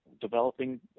developing